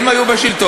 הם היו בשלטון,